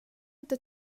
inte